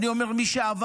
אני אומר את מי שעבד,